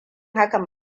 hakan